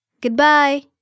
Goodbye